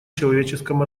человеческом